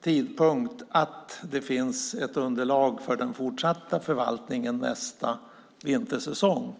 tidpunkt att det finns ett underlag för den fortsatta förvaltningen nästa vintersäsong?